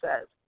says